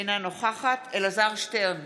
אינה נוכחת אלעזר שטרן,